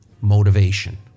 motivation